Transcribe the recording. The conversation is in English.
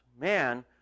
man